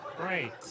great